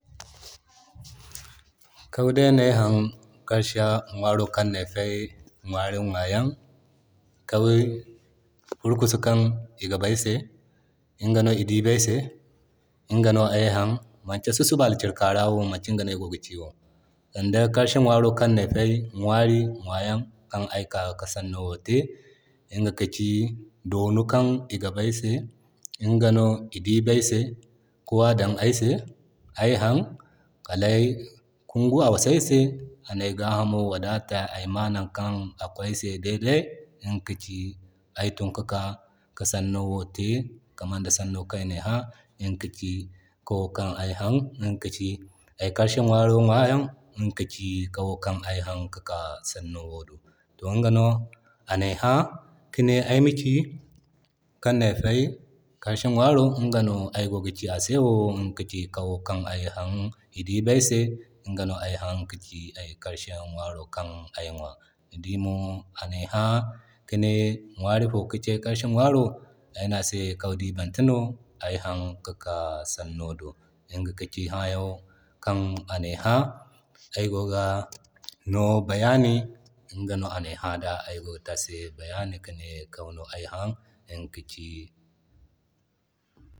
Kawi day no ay haŋ ka sha ŋwaro kannay fay ŋwari ŋwayan. Kawo furkusu kaŋ i gab ay se ŋga no i diibi ay se ŋga no ay han. Manti susuba alkikara wo no aygogi ci wo, sanday kaki ŋwaro kan nay fay ŋwari ŋwayanŋ kan ay ka ki sanno wo te. Ŋga ka ci Doni kan i diibi ay se ka waa dan ay se, ay han Kal ai kungu a wasa ay se anay gahamo wadata ay ma nakan ato ay se dede. Ŋga ka ci ay tun kika ki sanno te kamar day sanno kan inay haa. Ŋga ka ci kawo kan ay han, iga ka ci ay karshe ŋwaro kan ai ŋwa. Ŋga ka ci kawo kan ay han kika sanno do. To iŋga no anay haa ay ma ci kannay fay ay karshe ŋwaro iga no ka ci aygogi ki ase wo iŋga ka ci kawo kan ay haan i diibi ay se iŋga no ay haan iga ka ci ay karshe ŋwaro kan ai ŋwa. Ni dii mo anay ha kine ŋwari fo no ka ci ay karshe ŋwaro ay ne a se kawi diibante no ay haan kika sanno do. Iŋga ka ci haa yano kan anay haa ai gogi noo bayani, iga no anay ha da ay gogi te ase bayani kine kawi no ai haan, iŋga ka ci